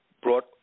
brought